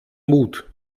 mut